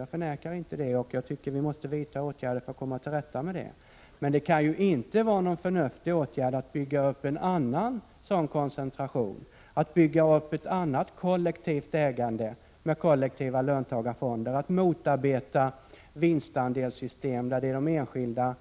Jag förnekar inte att denna senare finns, och jag anser att vi måste vidta åtgärder för att komma till rätta med den. Men det kan inte vara någon förnuftig åtgärd att bygga upp en annan sådan koncentration, att bygga upp ett annat kollektivt ägande med kollektiva löntagarfonder, att motarbeta vinstandelssystem där det är de 61 enskilda